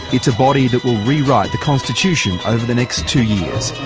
it's a body that will rewrite the constitution over the next two years.